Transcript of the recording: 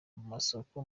amasoko